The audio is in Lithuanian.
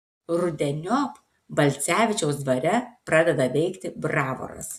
rudeniop balcevičiaus dvare pradeda veikti bravoras